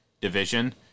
division